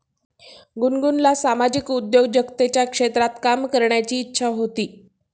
गुनगुनला सामाजिक उद्योजकतेच्या क्षेत्रात काम करण्याची इच्छा होती